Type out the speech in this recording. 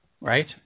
right